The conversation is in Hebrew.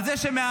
על זה שמהעפר,